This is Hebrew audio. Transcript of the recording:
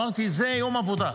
אמרתי, זה יום עבודה.